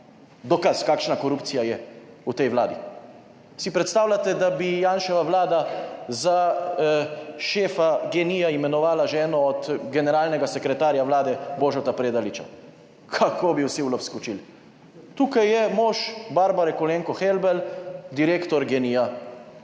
dokaz kakšna korupcija je v tej Vladi. Si predstavljate, da bi Janševa vlada za šefa GEN-I imenovala ženo od generalnega sekretarja vlade, Boža Predaliča. Kako bi vsi v luft skočil. Tukaj je mož Barbare Kolenko Helbl, direktor GEN-I,